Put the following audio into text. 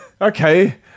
okay